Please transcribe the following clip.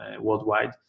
worldwide